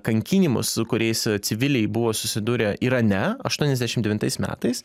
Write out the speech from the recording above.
kankinimus kuriais civiliai buvo susidūrę irane aštuoniasdešim devintais metais